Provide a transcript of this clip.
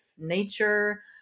nature